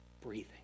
breathing